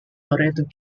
loreto